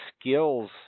skills